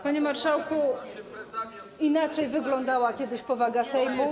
Panie marszałku, inaczej wyglądała kiedyś powaga Sejmu.